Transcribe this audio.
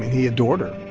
he adored her